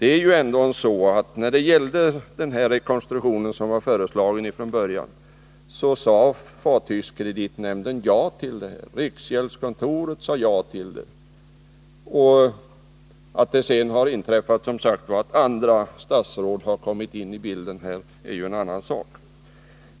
När konstruktionen först föreslogs sade nämligen fartygskreditnämnden ja, och riksgäldskontoret sade också ja. Att sedan andra statsråd har kommit in i bilden är ju en annan sak.